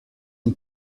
mon